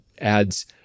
adds